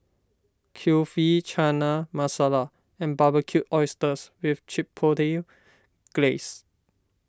Kulfi Chana Masala and Barbecued Oysters with Chipotle Glaze